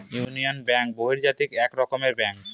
union Bank বহুজাতিক এক রকমের ব্যাঙ্ক